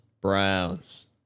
browns